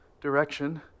direction